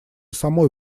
самой